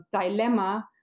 dilemma